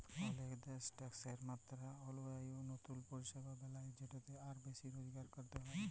অলেক দ্যাশ ট্যাকসের মাত্রা অলুজায়ি লতুল পরিষেবা বেলায় যেটতে আরও বেশি রজগার ক্যরতে পারে